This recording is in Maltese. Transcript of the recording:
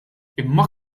imma